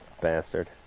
Bastard